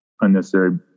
unnecessary